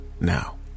Now